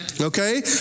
Okay